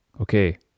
Okay